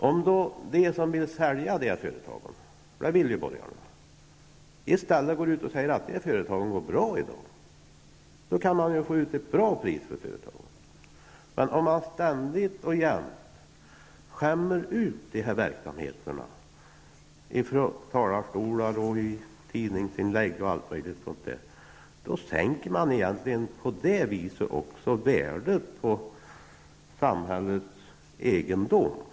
Om de som vill sälja ut de statliga företagen, och det är ju vad borgarna vill göra, i stället går ut och säger att de statliga företagen i dag går bra, skulle det vara möjligt att få bra betalt för dessa. När man ständigt och jämt skämmer ut de här verksamheterna -- det kan vara i talarstolar, i tidningsinlägg osv. -- medverkar man till att värdet på samhällets egendom sjunker.